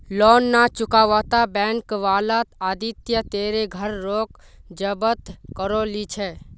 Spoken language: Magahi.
लोन ना चुकावाता बैंक वाला आदित्य तेरे घर रोक जब्त करो ली छे